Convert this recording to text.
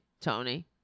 Tony